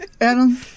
Adam